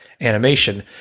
animation